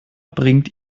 bringt